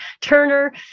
Turner